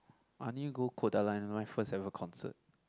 I only go Kodaline my first ever concert